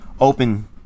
open